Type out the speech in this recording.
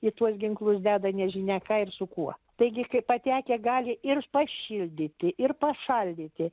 į tuos ginklus deda nežinia ką ir su kuo taigi kaip patekę gali ir pašildyti ir pašaldyti